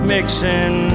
Mixing